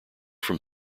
from